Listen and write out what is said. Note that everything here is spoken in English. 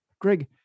Greg